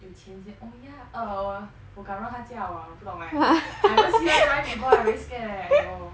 有钱先 oh yeah err 我敢让她驾 !wah! 我不懂 leh I haven't see her drive before I very scared eh !aiyo!